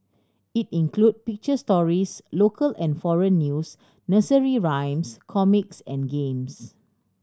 it include picture stories local and foreign news nursery rhymes comics and games